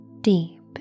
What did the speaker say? deep